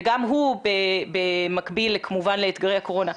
וגם הוא במקביל כמובן לאתגרי הקורונה.